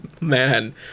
man